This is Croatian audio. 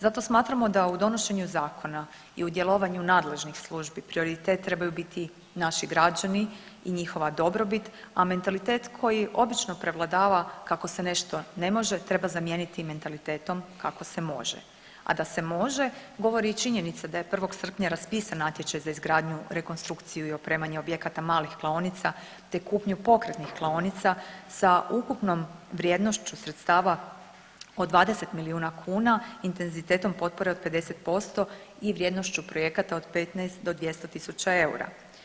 Zato smatramo da u donošenju zakona i u djelovanju nadležnih službi prioritet trebaju biti naši građani i njihova dobrobit, a mentalitet koji obično prevladava kako se nešto ne može treba zamijeniti mentalitetom kako se može, a da se može govori i činjenica da je 1. srpnja raspisan natječaj za izgradnju, rekonstrukciju i opremanje objekata malih klaonica, te kupnju pokretnih klaonica sa ukupnom vrijednošću sredstava od 20 milijuna kuna i intenzitetom potpore od 50% i vrijednošću projekata od 15 do 200 tisuća eura.